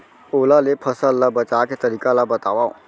ओला ले फसल ला बचाए के तरीका ला बतावव?